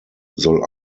soll